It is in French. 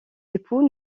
époux